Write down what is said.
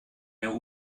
der